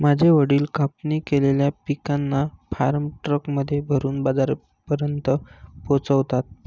माझे वडील कापणी केलेल्या पिकांना फार्म ट्रक मध्ये भरून बाजारापर्यंत पोहोचवता